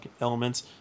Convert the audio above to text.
elements